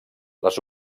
les